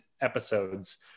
episodes